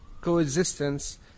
coexistence